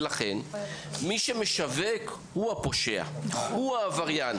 ולכן, מי שמשווק הוא הפושע, הוא העבריין.